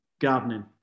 gardening